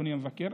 אדוני המבקר,